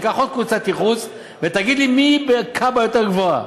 תיקח עוד קבוצת ייחוס ותגיד לי: למי יש קב"א יותר גבוהה,